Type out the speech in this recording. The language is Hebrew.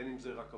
בין אם זה רכבות,